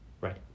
Right